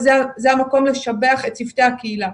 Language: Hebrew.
זה המקום לשבח את צוותי הקהילה.